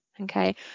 Okay